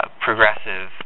progressive